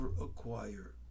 acquire